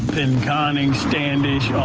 pinconning, standish,